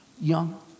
young